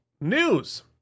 News